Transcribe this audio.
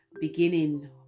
beginning